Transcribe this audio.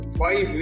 five